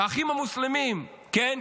"האחים המוסלמים" כן,